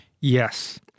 Yes